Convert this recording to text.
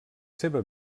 seva